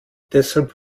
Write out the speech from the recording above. deshalb